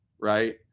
Right